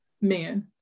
men